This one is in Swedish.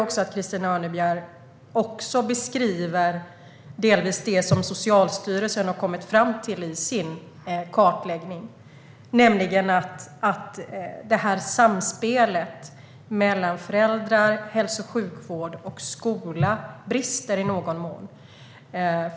Christina Örnebjär beskriver också det som Socialstyrelsen delvis har kommit fram till i sin kartläggning, nämligen att samspelet mellan föräldrar, hälso och sjukvård och skola brister i någon mån.